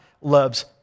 loves